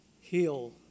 heal